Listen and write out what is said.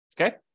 Okay